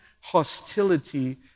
hostility